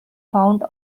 found